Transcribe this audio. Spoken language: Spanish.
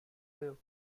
feo